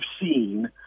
seen –